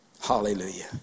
Hallelujah